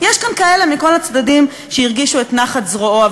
יש כאן כאלה מכל הצדדים שהרגישו את נחת זרועו.